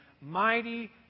mighty